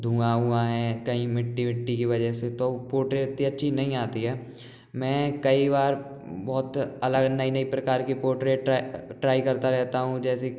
धुआँ उवाँ है कहीं मिट्टी विट्टी की वजह से तो पोर्ट्रेट इतनी अच्छी नहीं आती है मैं कई बार बहुत अलग नई नई प्रकार की पोर्ट्रेट ट्राइ करता रहता हूँ जैसे